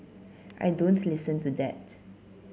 I don't listen to that